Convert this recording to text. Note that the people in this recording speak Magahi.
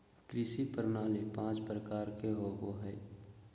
कृषि प्रणाली पाँच प्रकार के होबो हइ